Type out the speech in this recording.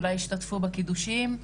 אולי השתתפו בקידושים,